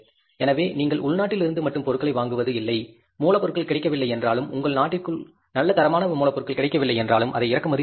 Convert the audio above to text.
எனவே நீங்கள் உள்நாட்டில் இருந்து மட்டும் பொருட்களை வாங்குவது இல்லை மூலப்பொருள் கிடைக்கவில்லை என்றாலும் உங்கள் நாட்டிற்குள் நல்ல தரமான மூலப்பொருள் கிடைக்கவில்லை என்றாலும் அதை இறக்குமதி செய்யலாம்